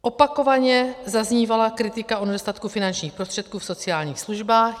Opakovaně zaznívala kritika o nedostatku finančních prostředků v sociálních službách.